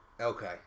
Okay